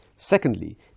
Secondly